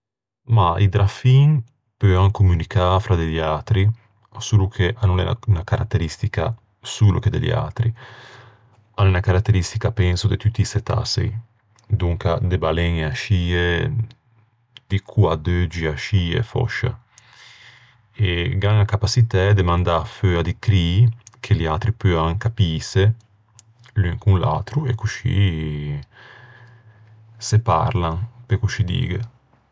Mah, i drafin peuan communicâ fra de liatri, solo che a no l'é unna caratteristica solo che de liatri. A l'é unna caratteristica, penso, de tutti i çetaçei, donca de baleñe ascie, di coadeuggi ascie fòscia. Gh'an a capaçitæ de mandâ feua di crii che liatri peuan capîse, l'un con l'atro, e coscì se parlan, pe coscì dîghe.